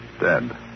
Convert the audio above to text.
Dead